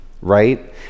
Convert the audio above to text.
right